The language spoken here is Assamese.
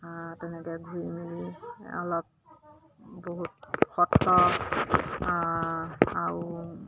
তেনেকৈ ঘূৰি মেলি অলপ বহুত সত্ৰ আৰু